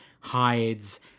hides